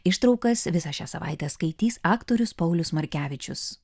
ištraukas visą šią savaitę skaitys aktorius paulius markevičius